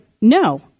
no